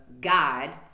God